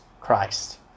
Christ